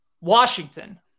Washington